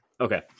okay